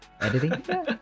Editing